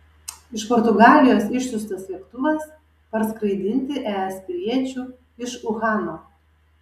iš portugalijos išsiųstas lėktuvas parskraidinti es piliečių iš uhano